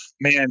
man